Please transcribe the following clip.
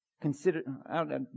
Consider